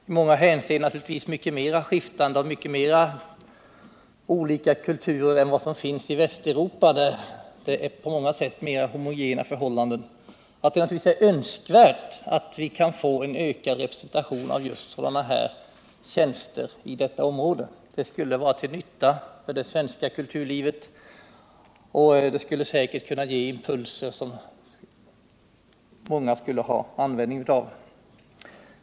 I många hänseenden är det betydligt mer skiftande än Västeuropa, och det har många fler olika kulturer. Det är naturligtvis önskvärt att vi får en ökad representation av sådana här tjänster i detta område. Det skulle vara till nytta för det svenska kulturlivet, och det skulle säkert kunna ge impulser av värde för många.